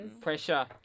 Pressure